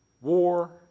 War